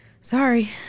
Sorry